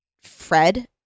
Fred